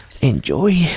enjoy